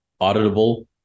auditable